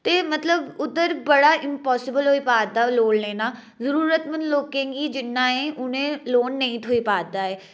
ते उद्धर बड़ा इम्पासिबल होई पा दा लोन लैना जरूरत मंद लोकें गी जि'न्ना ऐ लोन नेईं थ्होई पा रदा ऐ